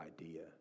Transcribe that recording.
idea